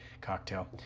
cocktail